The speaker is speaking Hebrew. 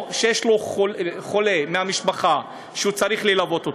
או שיש לו חולה מהמשפחה שהוא צריך ללוות,